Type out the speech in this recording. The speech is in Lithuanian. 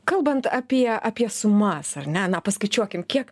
kalbant apie apie sumas ar ne na paskaičiuokim kiek